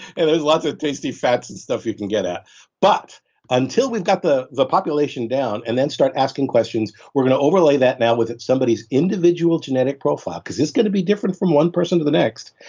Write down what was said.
and there's lots of tasty fats and stuff you can get at but until we've got the the population down and then start asking questions, we're going to overlay that now with it, somebody's individual genetic profile. because, it's going to be different from one person to the next.